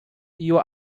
your